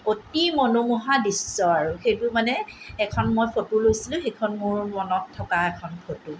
অতি মনোমোহা দৃশ্য আৰু সেইটো মানে এখন মই ফটো লৈছিলোঁ সেইখন মোৰ মনত থকা এখন ফটো